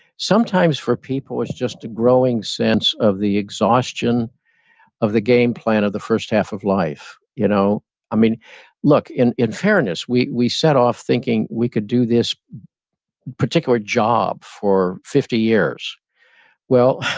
sometimes for people, it's just a growing sense of the exhaustion of the game plan of the first half of life. you know look, in in fairness, we we set off thinking we could do this particular job for fifty years well,